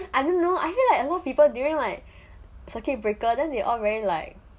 I didn't know I feel like a lot of people during like circuit breaker then they all very like